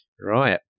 right